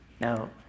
No